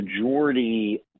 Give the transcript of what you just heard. majority